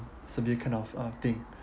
severe kind of uh thing